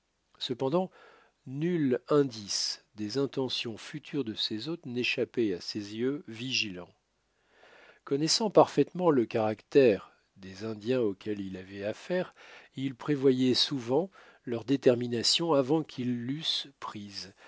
cependant nul indice des intentions futures de ses hôtes n'échappait à ses yeux vigilants connaissant parfaitement le caractère des indiens auxquels il avait affaire il prévoyait souvent leur détermination avant qu'ils l'eussent prise